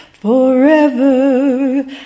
Forever